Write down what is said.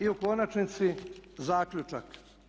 I u konačnici zaključak.